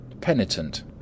Penitent